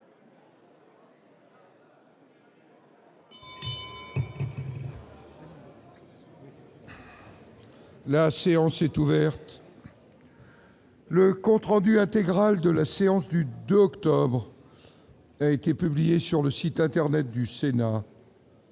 La séance est ouverte. Le compte rendu intégral de la séance du lundi 2 octobre a été publié sur le site internet du Sénat.